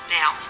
now